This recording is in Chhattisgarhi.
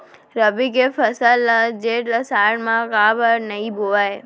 रबि के फसल ल जेठ आषाढ़ म काबर नही बोए?